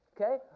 Okay